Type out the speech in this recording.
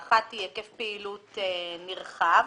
האחת, היקף פעילות נרחב,